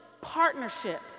partnership